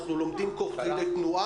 אנחנו לומדים תוך כדי תנועה.